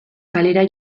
kalera